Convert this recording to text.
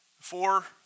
Four